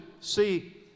see